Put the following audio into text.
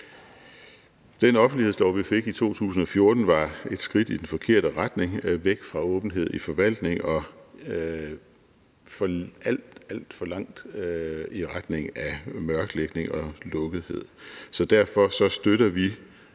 Den offentlighedslov, vi fik i 2014, var et skridt i den forkerte retning, væk fra åbenhed i forvaltningen og alt, alt for langt i retning af mørklægning og lukkethed, så derfor støtter vi